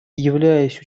являясь